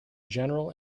general